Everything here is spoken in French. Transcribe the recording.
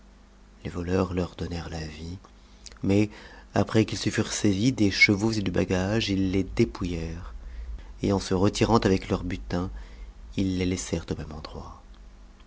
les voleurs leur donnèrent la vie mais après qu'ils se furent saisis des chevaux et du bagage ils les dépouillèrent et en se retirant avec leur butin ils les laissèrent au même endroit